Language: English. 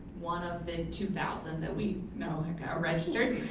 one of the two thousand that we know registered,